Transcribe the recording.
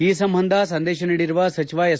ಈ ಸಂಬಂಧ ಸಂದೇಶ ನೀಡಿರುವ ಸಚಿವ ಎಸ್